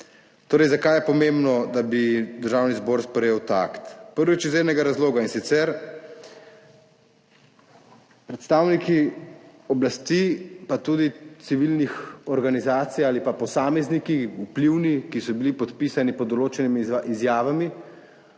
Torej, zakaj je pomembno, da bi Državni zbor sprejel ta akt? Prvič iz enega razloga in sicer, predstavniki oblasti, pa tudi civilnih organizacij ali pa posamezniki, vplivni, ki so bili podpisani pod določenimi izjavami,